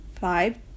five